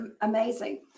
amazing